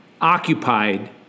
occupied